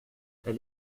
elle